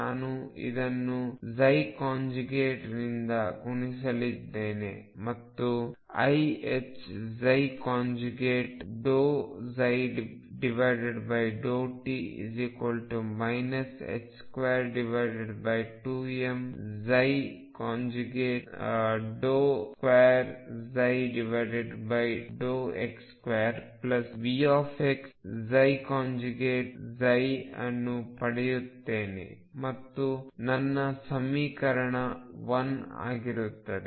ನಾನು ಇದನ್ನು ರಿಂದ ಗುಣಿಸಲಿದ್ದೇನೆ ಮತ್ತು iℏ∂ψ∂t 22m2x2Vx ಅನ್ನು ಪಡೆಯುತ್ತೇನೆ ಅದು ನನ್ನ ಸಮೀಕರಣ 1 ಆಗಿರುತ್ತದೆ